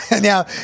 Now